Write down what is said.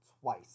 twice